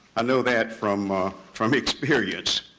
i know that from ah from experience.